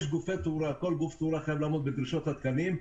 יש גופי תאורה וכל גוף תאורה חייב לעמוד בדרישות התקנים.